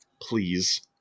please